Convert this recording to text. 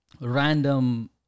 random